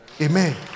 Amen